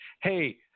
hey